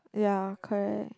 ya correct